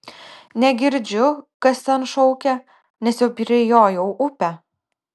negirdžiu kas ten šaukia nes jau prijojau upę